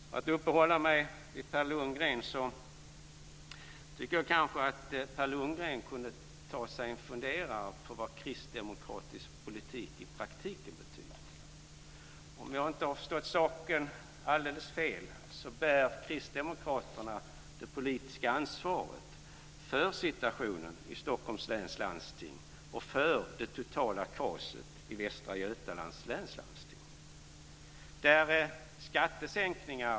För att uppehålla mig vid Per Landgren tycker jag att han borde ta sig en funderare på vad kristdemokratisk politik i praktiken betyder. Om jag inte har förstått saken alldeles fel bär Kristdemokraterna det politiska ansvaret för situationen i Stockholms läns landsting och för det totala kaoset i Västra Götalands läns landsting.